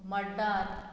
मड्डांत